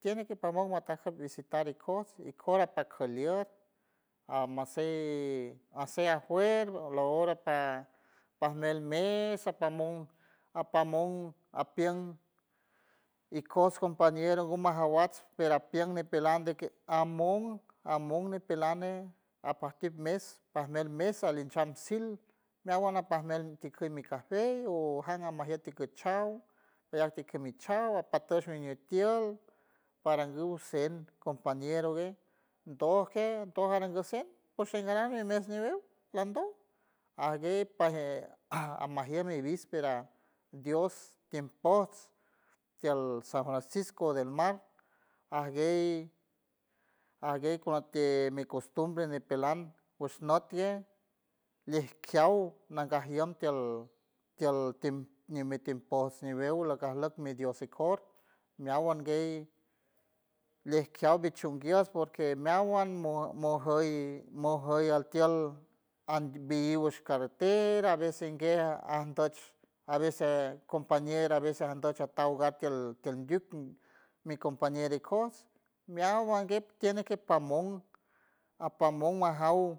Tiene que pamon mataj a visitar ikojts ikor apakalieck ajmajshey mashye ajfuer la ora par pajmueltd mes pamon apamon apien ikojts compañero ngu majawats pera apien ñipilan de que amon amon ñipelan nej ajpajtip mes pajmuelt mesa alinchan sil, meawan ajpajmuelt tuckey mi café o jan amajiet tikut chaw meyac tikit chaw apatuch miñi tiel parangu cen compañero gue, dojke doj arangu cen ps shiñeran mesmi wew landoj ajguey paje amajien mi víspera dios tiemposts tiel san francisco del mar, ajguey ajguey kuanti mi costumbre ñipelan ps not gue, lejkiaw nangajien tiel tiel ñumi timpost ñiwew lakajlack mi dios ikor meawan guey lejkiaw michunguiest porque meawan mojüy- mojüy altiel ambiiw ushka carretera a veces inguey andoch a veces compañero a veces andoch ajtahogar tiel tiel ndück mi compañero ikojts meawan gue tiene que pamon apamon majaw